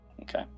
Okay